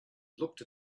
looked